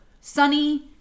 sunny